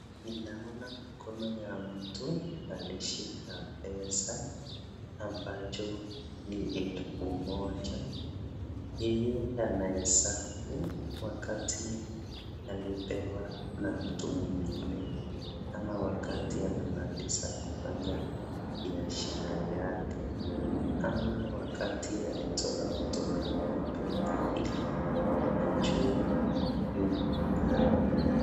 Ninaona mkono ya mtu akishika pesa na ni Elfu Moja , hii anaesabu wakati alipewa na mtu mwingine ama wakati amemaliza kufanya biashara yake ama wakati alitoa kutoka kwa bengi Ili ajuwe ni ngapi.